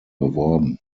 beworben